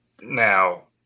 Now